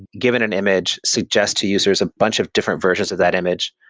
given an image, suggest to users a bunch of different versions of that image,